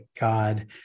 God